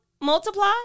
multiply